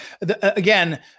again